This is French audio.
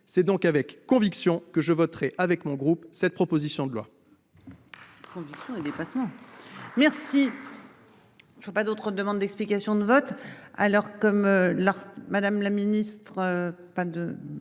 C'est donc avec conviction que je voterai avec mon groupe cette proposition de loi.